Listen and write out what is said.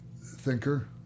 thinker